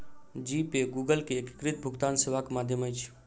जी Pay Google के एकीकृत भुगतान सेवाक माध्यम अछि